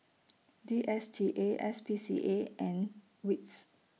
D S T A S P C A and WITS